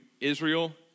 Israel